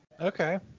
Okay